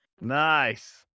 Nice